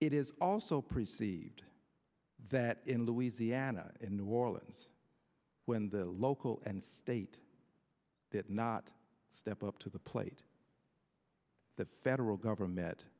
it is also preceded that in louisiana in new orleans when the local and state that not step up to the plate the federal government